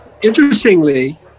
interestingly